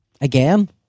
Again